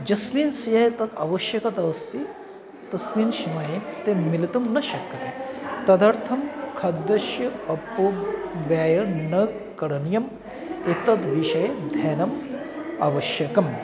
यस्मिन् तस्य तत् आवश्यकता अस्ति तस्मिन् समये ते मिलितुं न शक्यते तदर्थं खाद्यस्य अपव्ययः न करणीयम् एतद्विषये ध्यानम् आवश्यकम्